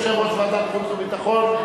יושב-ראש ועדת החוץ והביטחון,